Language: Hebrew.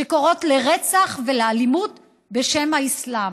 שקוראות לרצח ולאלימות בשם האסלאם.